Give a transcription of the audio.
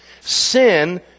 sin